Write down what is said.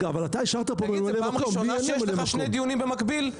אתה השארת פה ממלא מקום, לי אין ממלא מקום.